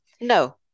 No